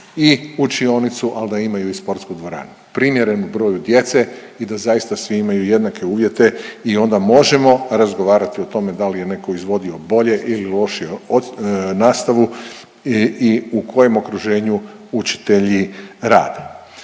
i učionicu, al da imaju i sportsku dvoranu primjerenu broju djece i zaista svi imaju jednake uvjete i onda možemo razgovarati o tome da li je netko izvodio bolje ili lošije od nastavu i u kojem okruženju učitelji rade.